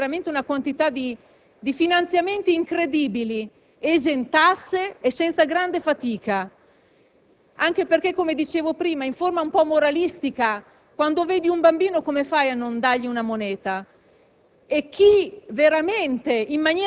Quindi, tanti bambini riescono a fare veramente una quantità di denaro incredibile, esentasse e senza grande fatica, anche perché, come dicevo prima, in forma un po' moralistica quando si incontra uno di questi bambini come si fa a non dargli una moneta?